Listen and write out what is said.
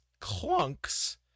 clunks